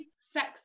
sex